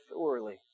thoroughly